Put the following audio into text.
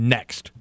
Next